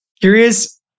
Curious